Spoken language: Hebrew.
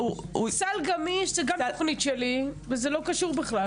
סל גמיש זה גם תוכנית שלי, וזה לא קשור בכלל.